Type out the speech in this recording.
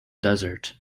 desert